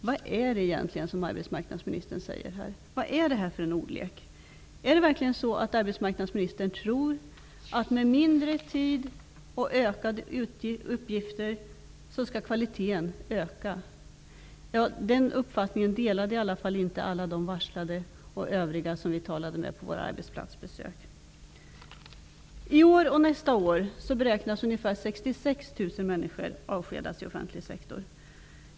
Vad är det egentligen som arbetsmarknadsministern säger här? Vad är det här för ordlek? Tror verkligen arbetsmarknadsministern att kvaliteten skall öka, med mindre tid och ökade uppgifter? Den uppfattningen delade i alla fall inte alla de varslade och övriga vi talade med på våra arbetsplatsbesök. I år och nästa år beräknas ungefär 66 000 människor avskedas i offentlig sektor.